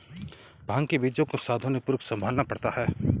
भांग के बीजों को सावधानीपूर्वक संभालना पड़ता है